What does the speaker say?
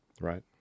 right